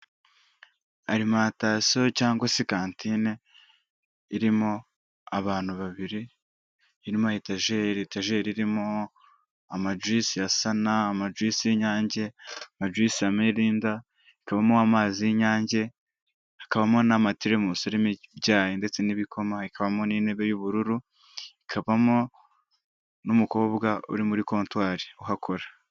Alimatasiyo cyangwa se kantine irimo abantu babiri, irimo etajeri, etajeri irimo amajuyisi ya sana, amajuyisi y'inyange, amajuyisi y'amilinda, ikabamo amazi y'inyange, hakabamo n'amatelemusi arimo icyayi ndetse n'ibikoma, ikabamo n'intebe y'ubururu, ikabamo n'umukobwa uri muri kotwari uhakora.